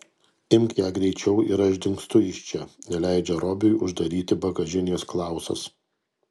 imk ją greičiau ir aš dingstu iš čia neleidžia robiui uždaryti bagažinės klausas